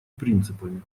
принципами